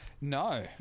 No